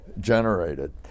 generated